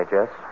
Jess